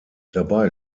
dabei